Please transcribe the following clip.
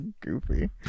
Goofy